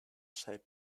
shaped